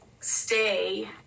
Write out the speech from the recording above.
stay